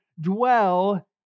dwell